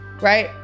Right